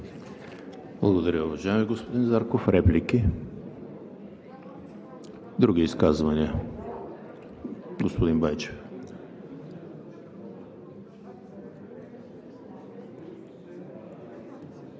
Благодаря, уважаеми господин Зарков. Реплики? Други изказвания? Господин Байчев. ТОДОР